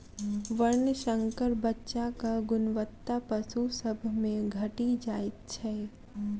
वर्णशंकर बच्चाक गुणवत्ता पशु सभ मे घटि जाइत छै